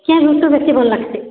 କେନ୍ ଋତୁ ବେଶୀ ଭଲ୍ ଲାଗ୍ସି